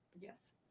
Yes